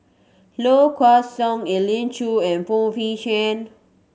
Low Kway Song Elim Chew and Phoon Yew Tien